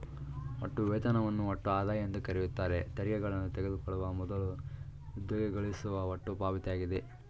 ಒಟ್ಟು ವೇತನವನ್ನು ಒಟ್ಟು ಆದಾಯ ಎಂದುಕರೆಯುತ್ತಾರೆ ತೆರಿಗೆಗಳನ್ನು ತೆಗೆದುಕೊಳ್ಳುವ ಮೊದಲು ಉದ್ಯೋಗಿ ಗಳಿಸುವ ಒಟ್ಟು ಪಾವತಿಯಾಗಿದೆ